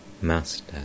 Master